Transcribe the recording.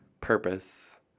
purpose